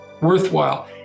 worthwhile